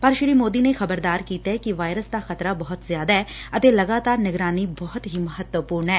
ਪਰ ਸ੍ਰੀ ਮੋਦੀ ਨੇ ਖ਼ਬਰਦਾਰ ਕੀਤਾ ਕਿ ਵਾਇਰਸ ਦਾ ਖ਼ਤਰਾ ਬਹੁਤ ਜ਼ਿਆਦਾ ਐ ਅਤੇ ਲਗਾਤਾਰ ਨਿਗਰਾਨੀ ਬਹੁਤ ਹੀ ਮਹੱਤਵਪੁਰਨ ਐ